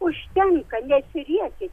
užtenka nesiriekit